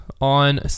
on